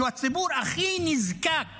שהוא הציבור הכי נזקק